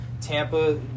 Tampa